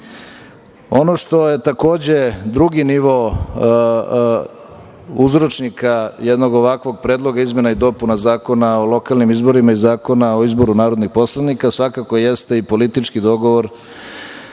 što je, takođe, drugi nivo uzročnika jednog ovakvog Predloga izmena i dopuna Zakona o lokalnim izborima i Zakona o izboru narodnih poslanika svakako jeste i politički dogovor